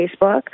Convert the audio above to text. Facebook